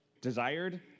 desired